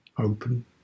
open